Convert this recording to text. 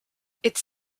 its